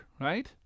right